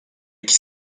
pike